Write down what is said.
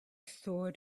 sword